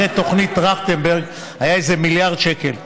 אחרי תוכנית טרכטנברג היה איזה מיליארד שקל.